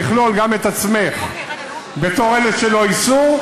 לכלול גם את עצמך בתור אלה שלא ייסעו,